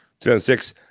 2006